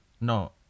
No